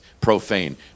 profane